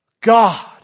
God